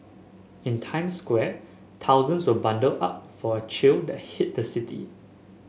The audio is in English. in Times Square thousands were bundled up for a chill that hit the city